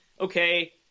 Okay